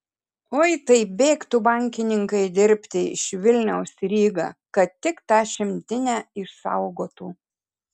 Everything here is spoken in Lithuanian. oi tai bėgtų bankininkai dirbti iš vilniaus į rygą kad tik tą šimtinę išsaugotų